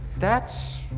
that's